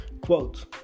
Quote